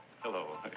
Hello